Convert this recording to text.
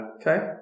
Okay